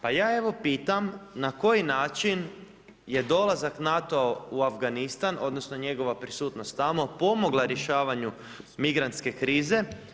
Pa ja evo pitam, na koji način je dolazak NATO-a u Afganistan odnosno njegova prisutnost tamo pomogla rješavanju migrantske krize.